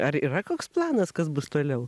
ar yra koks planas kas bus toliau